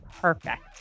perfect